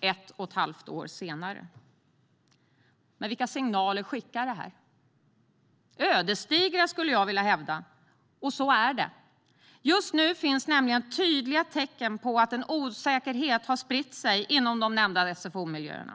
ett och ett halvt år senare. Men vilka signaler skickar det? Ödesdigra skulle jag vilja hävda. Och så är det. Just nu finns nämligen tydliga tecken på att en osäkerhet har spritt sig inom de nämnda SFO-miljöerna.